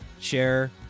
share